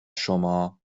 شما